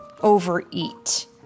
overeat